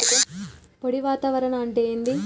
పొడి వాతావరణం అంటే ఏంది?